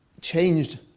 changed